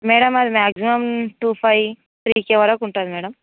madam అది maximum two five త్రీకే వరకు ఉంటుంది మేడం